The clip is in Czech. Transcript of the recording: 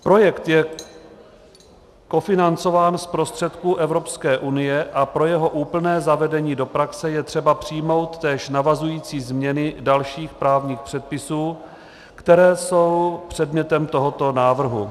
Projekt je kofinancován z prostředků Evropské unie a pro jeho úplné zavedení do praxe je třeba přijmout též navazující změny dalších právních předpisů, které jsou předmětem tohoto návrhu.